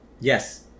Yes